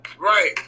Right